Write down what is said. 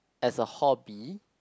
as a hobby